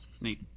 Neat